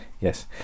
Yes